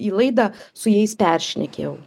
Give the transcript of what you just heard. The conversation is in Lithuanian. į laidą su jais peršnekėjau